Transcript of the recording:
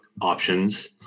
options